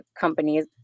companies